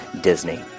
Disney